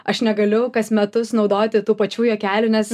aš negaliu kas metus naudoti tų pačių juokelių nes